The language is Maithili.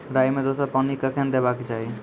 राई मे दोसर पानी कखेन देबा के चाहि?